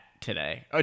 today